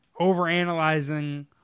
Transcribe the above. overanalyzing